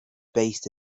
based